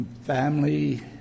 Family